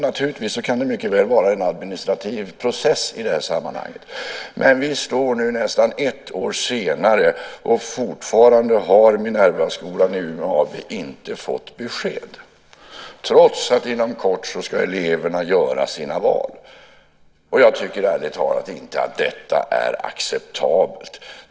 Naturligtvis kan det mycket väl vara en administrativ process i det här sammanhanget. Men vi står nu nästan ett år senare och fortfarande har Minervaskolan i Umeå AB inte fått besked - trots att eleverna inom kort ska göra sina val. Jag tycker ärligt talat inte att detta är acceptabelt.